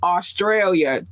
Australia